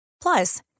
Plus